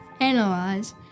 analyze